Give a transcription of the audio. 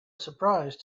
surprise